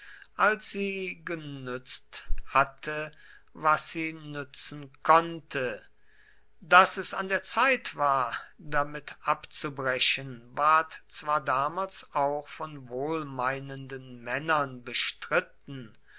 als sie genützt hatte was sie nützen konnte daß es an der zeit war damit abzubrechen ward zwar damals auch von wohlmeinenden männern bestritten